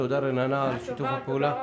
תודה, רננה, על שיתוף הפעולה.